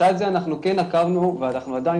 לצד זה אנחנו כן עקבנו ואנחנו עדיין